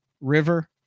River